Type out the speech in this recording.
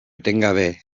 etengabe